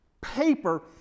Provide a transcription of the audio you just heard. paper